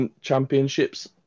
Championships